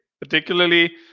particularly